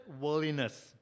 worldliness